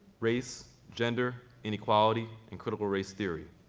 race, gender, inequality, and critical race theory.